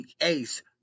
Ace